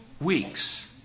weeks